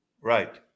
Right